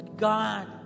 God